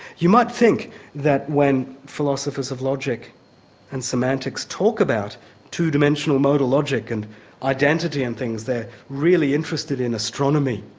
you might think that when philosophers of logic and semantics talk about two-dimensional modal logic and identity and things they're really interested in astronomy,